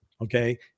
Okay